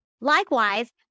Likewise